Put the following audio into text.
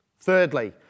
Thirdly